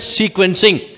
sequencing